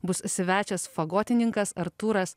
bus svečias fagotininkas artūras